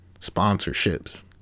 sponsorships